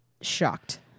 shocked